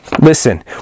Listen